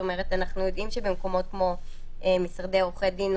אנחנו יודעים שבמקומות כמו משרדי עורכי דין,